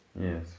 Yes